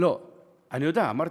יש 100. אני יודע, אמרתי,